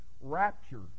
rapture